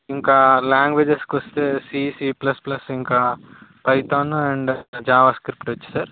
ఇంకా లాంగ్వేజెస్ కి వస్తే సి సి ప్లస్ ప్లస్ ఇంకా పైథాన్ అండ్ జావాస్క్రిప్ట్ వచ్చు సర్